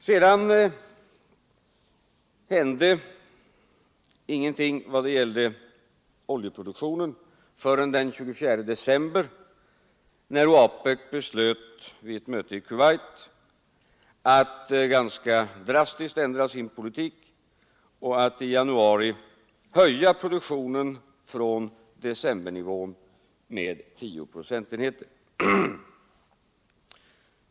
Sedan hände ingenting i vad gällde oljeproduktionen förrän den 24 december, när OAPEC beslöt — vid ett möte i Kuwait — att ganska drastiskt ändra sin politik och att i januari höja produktionen från decembernivån med 10 procentenheter.